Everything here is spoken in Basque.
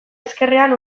ezkerrean